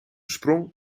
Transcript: sprong